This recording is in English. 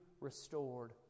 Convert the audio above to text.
restored